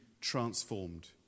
transformed